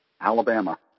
Alabama